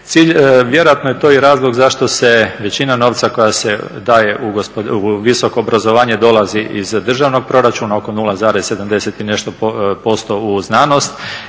Cilj, vjerojatno je to i razlog zašto se većina novca koja se daje u visoko obrazovanje dolazi iz državnog proračuna oko 0,70 i nešto % u znanost,